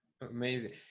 Amazing